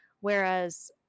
whereas